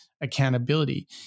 accountability